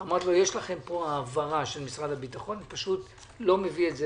אמרתי: יש לכם העברה של משרד הביטחון אני לא מביא את זה